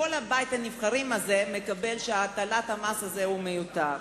כל בית-הנבחרים הזה מקבל שהטלת המס מיותרת.